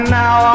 now